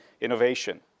innovation